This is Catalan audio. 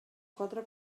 quatre